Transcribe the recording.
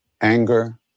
anger